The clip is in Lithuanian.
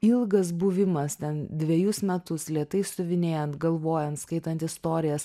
ilgas buvimas ten dvejus metus lėtai siuvinėjant galvojant skaitant istorijas